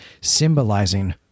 symbolizing